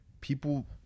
people